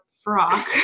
Frock